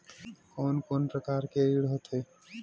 कोन कोन प्रकार के ऋण होथे?